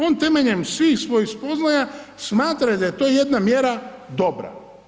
On temeljem svih svojih spoznaja smatra da je to jedna mjera dobra.